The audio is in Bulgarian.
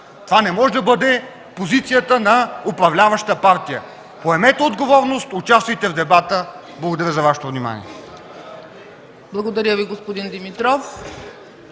Това не може да бъде позицията на управляваща партия! Поемете отговорност и участвайте в дебата. Благодаря за Вашето внимание.